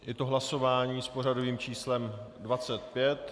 Je to hlasování s pořadovým číslem 25.